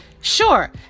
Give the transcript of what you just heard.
Sure